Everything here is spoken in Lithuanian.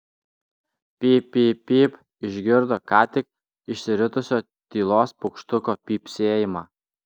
pyp pyp pyp išgirdo ką tik išsiritusio tylos paukštuko pypsėjimą